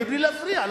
בלי להפריע.